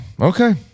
okay